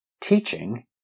teaching